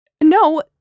No